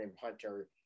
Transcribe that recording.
Hunter